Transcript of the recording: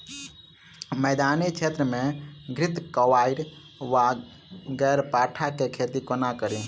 मैदानी क्षेत्र मे घृतक्वाइर वा ग्यारपाठा केँ खेती कोना कड़ी?